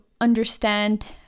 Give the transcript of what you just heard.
understand